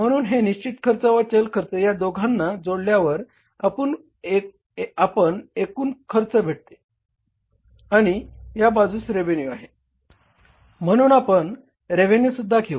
म्हणून हे निश्चित खर्च व चल खर्च या दोघांना जोडल्यावर आपल्याला एकूण खर्च भेटते आणि या बाजूस रेव्हेन्यू आहे म्हणून आपण रेव्हेन्यूसुद्धा घेऊ